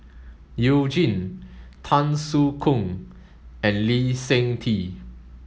You Jin Tan Soo Khoon and Lee Seng Tee